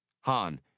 Han